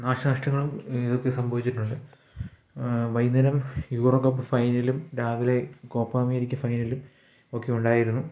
നാശനഷ്ടങ്ങളും ഒക്കെ സംഭവിച്ചിട്ടുണ്ട് വൈകുന്നേരം യൂറോ കപ്പ് ഫൈനലും രാവിലെ കോപ്പ അമേരിക്ക ഫൈനലും ഒക്കെ ഉണ്ടായിരുന്നു